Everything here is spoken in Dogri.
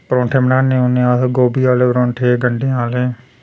परोंठे बनाने होन्ने अस गोभी आह्ले परोंठे गंडें आह्ले